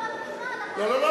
לא מתאימה,